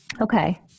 Okay